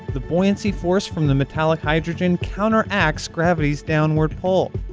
the buoyancy force from the metallic hydrogen counteracts gravity's downward pull.